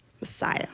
Messiah